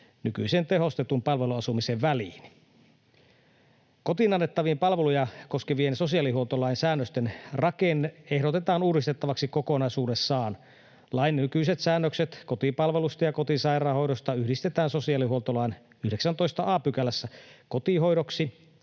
nykyisen tehostetun palveluasumisen väliin. Kotiin annettavia palveluja koskevien sosiaalihuoltolain säännösten rakenne ehdotetaan uudistettavaksi kokonaisuudessaan. Lain nykyiset säännökset kotipalvelusta ja kotisairaanhoidosta yhdistetään sosiaalihuoltolain 19 a §:ssä kotihoidoksi.